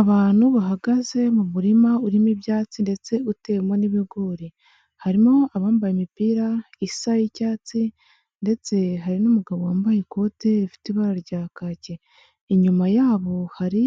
Abantu bahagaze mu murima urimo ibyatsi ndetse uteyemo n'ibigori. Harimo abambaye imipira isa y'icyatsi ndetse hari n'umugabo wambaye ikote rifite ibara rya kake. Inyuma yabo hari